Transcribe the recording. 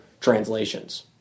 translations